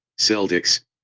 Celtics